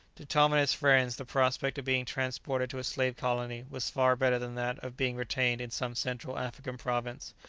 to tom and his friends the prospect of being transported to a slave colony was far better than that of being retained in some central african province,